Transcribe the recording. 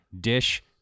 dish